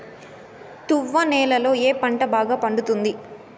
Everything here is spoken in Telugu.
తువ్వ నేలలో ఏ పంట బాగా పండుతుంది?